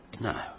No